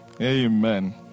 Amen